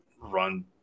run